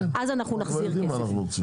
רק אז נחזיר את הכסף,